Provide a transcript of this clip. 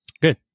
good